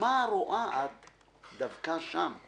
מה רואה את דווקא שם//